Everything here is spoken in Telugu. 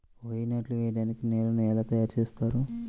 వరి నాట్లు వేయటానికి నేలను ఎలా తయారు చేస్తారు?